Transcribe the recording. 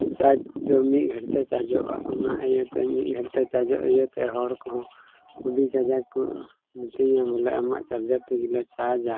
charge ᱫᱚ ᱢᱤᱫ ᱜᱷᱟᱹᱲᱤᱡᱛᱮ ᱪᱟᱨᱡᱚᱜᱼᱟ ᱚᱱᱟ ᱤᱭᱟᱹᱛᱮ ᱢᱤᱫ ᱜᱷᱟᱹᱲᱤᱡ ᱛᱮ ᱪᱟᱨᱡᱚᱜ ᱤᱭᱟᱹᱛᱮ ᱦᱚᱲ ᱠᱚᱦᱚᱸ ᱟᱹᱰᱤ ᱠᱟᱡᱟᱠ ᱠᱚ ᱢᱮᱛᱟᱹᱧᱟ ᱵᱚᱞᱮ ᱟᱢᱟᱜ ᱪᱟᱨᱡᱟᱨ ᱛᱮᱜᱮᱞᱮ ᱪᱟᱨᱡᱽᱼᱟ